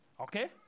okay